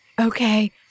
okay